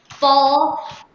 Ball